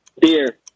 Beer